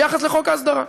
ביחס לחוק ההסדרה.